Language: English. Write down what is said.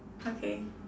okay